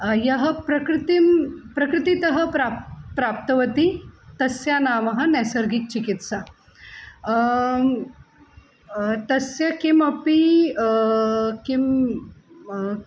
यः प्रकृतिं प्रकृतितः प्राप् प्राप्तवती तस्याः नाम नैसर्गिकचिकित्सा तस्य किमपि किं